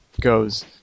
Goes